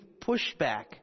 pushback